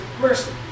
mercy